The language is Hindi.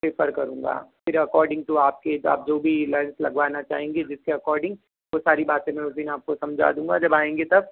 फिर करूँगा फिर अकॉर्डिंग टू आपके आप जो भी लेंस लगवाना चाहेंगे जिसके अकॉर्डिंग वो सारी बातें मैं उस दिन आपको समझा दूंगा जब आएँगे तब